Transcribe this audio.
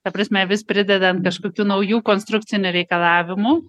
ta prasme vis pridedant kažkokių naujų konstrukcinių reikalavimų